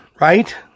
right